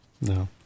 No